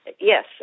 Yes